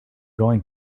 going